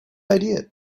idea